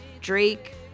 Drake